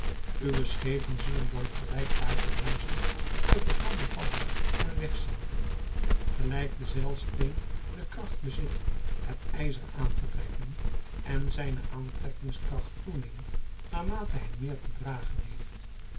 uwe schepen zullen dan gelijk kaartenhuizen uit elkander vallen en wegzinken gelijk de zeilsteen de kracht bezit het ijzer aan te trekken en zijne aantrekkingskracht toeneemt naarmate hij meer te dragen heeft